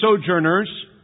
sojourners